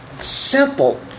Simple